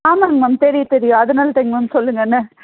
ஆமாங்க மேம் தெரியுது தெரியுது அதனால தெரியும் மேம் சொல்லுங்கள் என்ன